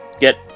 get